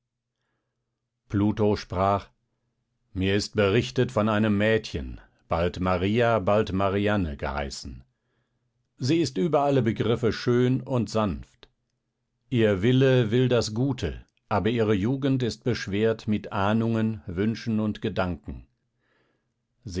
pluto sprach mir ist berichtet von einem mädchen bald maria bald marianne geheißen sie ist über alle begriffe schön und sanft ihr wille will das gute aber ihre jugend ist beschwert mit ahnungen wünschen und gedanken